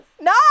no